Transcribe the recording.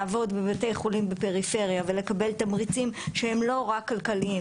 לעבוד בבתי חולים בפריפריה ולקבל תמריצים שהם לא רק כלכליים,